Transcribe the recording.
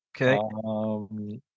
Okay